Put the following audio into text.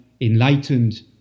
enlightened